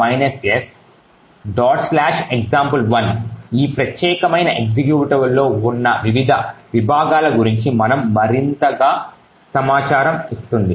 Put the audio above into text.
example1 ఈ ప్రత్యేకమైన ఎక్జిక్యూటబుల్లో ఉన్న వివిధ విభాగాల గురించి మనకు మరింత సమాచారం ఇస్తుంది